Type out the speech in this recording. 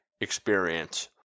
experience